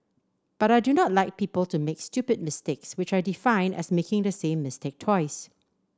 but I do not like people to make stupid mistakes which I define as making the same mistake twice